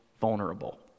vulnerable